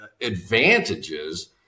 advantages